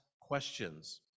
questions